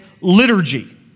liturgy